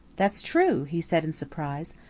that's true, he said in surprise.